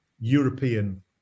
European